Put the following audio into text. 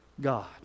God